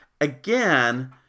Again